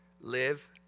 Live